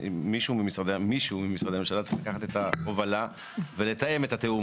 מישהו ממשרדי הממשלה צריך לקחת את ההובלה ולתאם את התיאום